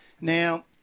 Now